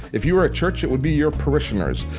if you were a church, it would be your parishioners.